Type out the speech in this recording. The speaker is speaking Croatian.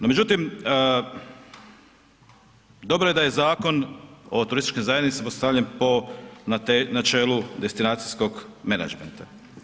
No, međutim, dobro je da je Zakon o turističkim zajednicama postavljen po načelu destinacijskog menadžmenta.